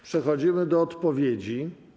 Przechodzimy do odpowiedzi.